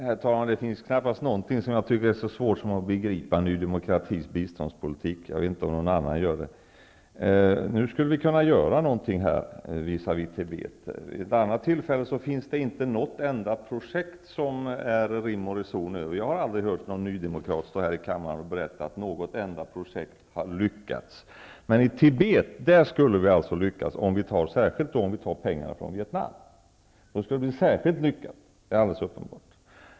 Herr talman! Det finns knappast någonting som jag tycker är så svårt som att begripa Ny demokratis biståndspolitik. Jag vet inte om någon annan gör det. Det sades nu att vi skulle kunna göra något visavi Tibet. Vid andra tillfällen finns det inget enda projekt som det är rim och reson i. Jag har aldrig hört någon nydemokrat stå här i kammaren och berätta om att något enda projekt har lyckats. Men i Tibet skulle vi alltså lyckas, särskilt om vi tar pengar från Vietnam. Herr talman!